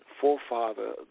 forefather